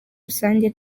rusange